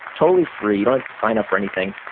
totally free, you don't have to sign up for anything.